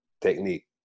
Technique